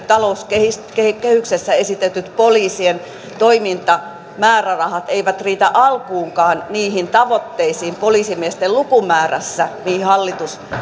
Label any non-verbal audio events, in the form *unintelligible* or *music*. *unintelligible* talouskehyksessä esitetyt poliisien toimintamäärärahat eivät riitä alkuunkaan niihin tavoitteisiin poliisimiesten lukumäärässä mihin hallitus